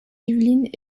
yvelines